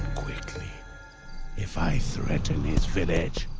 quickly if i threaten his village.